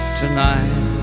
tonight